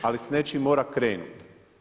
Ali s nečim mora krenuti.